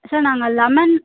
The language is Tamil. சார் நாங்கள் லெமன்